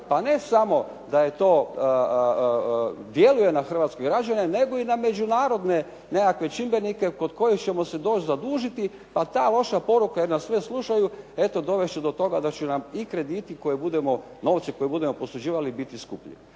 pa ne samo da je to djeluje na hrvatske građane, nego i na međunarodne nekakve čimbenike kod kojih ćemo dosta zadužiti, pa ta loša poruka, jer nas svi slušaju, eto dovesti će do toga da će nam i krediti, novce koje budemo posuđivali biti skuplji.